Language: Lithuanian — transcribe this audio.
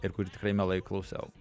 ir kurį tikrai mielai klausiau